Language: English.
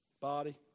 body